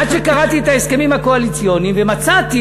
עד שקראתי את ההסכמים הקואליציוניים ומצאתי